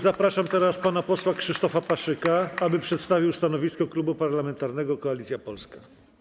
Zapraszam teraz pana posła Krzysztofa Paszyka, aby przedstawił stanowisko Klubu Parlamentarnego Koalicja Polska.